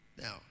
Now